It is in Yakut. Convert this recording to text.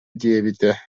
диэбитэ